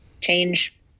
change